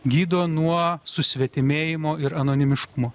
gydo nuo susvetimėjimo ir anonimiškumo